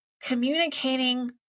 communicating